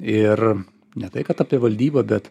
ir ne tai kad apie valdybą bet